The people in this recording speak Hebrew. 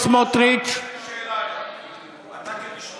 אוסאמה, נא לסיים.